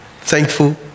thankful